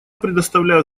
предоставляю